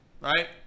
right